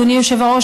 אדוני היושב-ראש,